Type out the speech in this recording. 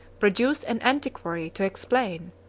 produce an antiquary to explain,